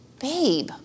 Babe